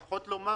צריך לפחות לומר